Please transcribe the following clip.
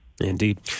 Indeed